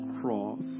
cross